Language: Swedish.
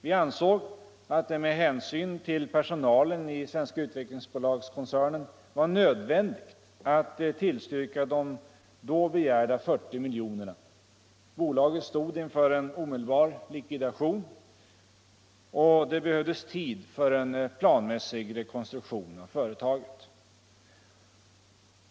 Vi ansåg att det med hänsyn till personalen i Svenska Utvecklingsaktiebolagskoncernen var nödvändigt att tillstyrka de då begärda 40 miljonerna. Bolaget stod inför en omedelbar likvidation, och det behövdes tid för: en planmässig rekonstruktion av företaget.